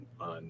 on